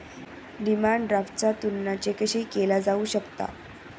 demand ड्राफ्टचा तुलना चेकशीही केला जाऊ शकता